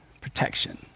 protection